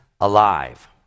alive